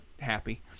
happy